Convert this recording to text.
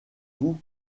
vous